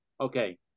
okay